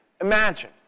Imagine